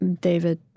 David